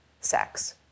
sex